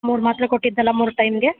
ಮೂರು ಮಾತ್ರೆ ಕೊಟ್ಟಿದ್ನಲ್ಲ ಮೂರು ಟೈಮ್ಗೆ